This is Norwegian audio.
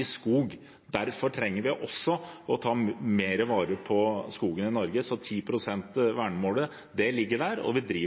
i skogen. Derfor trenger vi også å ta mer vare på skogen i Norge. Så vernemålet om 10 pst. ligger der, og vi driver